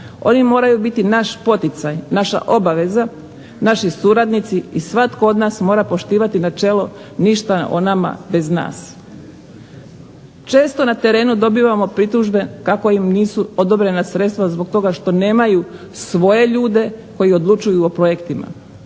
Oni moraju biti naš poticaj, naša obaveza, naši suradnici i svatko od nas mora poštivati načelo "ništa o nama bez nas". Često na terenu dobivamo pritužbe kako im nisu odobrena sredstva zbog toga što nemaju svoje ljude koji odlučuju o projektima.